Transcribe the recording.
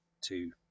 two